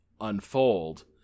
unfold